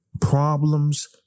problems